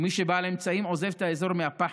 ומי שבעל אמצעים עוזב את האזור מהפחד.